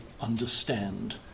understand